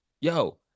Yo